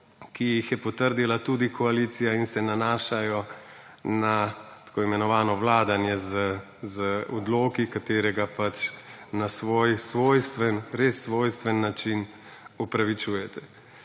ki jih je potrdila tudi koalicija in se nanašajo na tako imenovano vladanje z odloki, katerega pač na svoj svojstven, res svojstven način opravičujete.